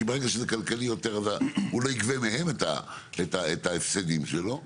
כי ברגע שזה כלכלי יותר הוא לא יגבה מהם את ההפסדים שלו.